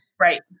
Right